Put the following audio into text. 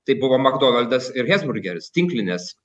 tai buvo makdonaldas ir hesburgeris tinklinės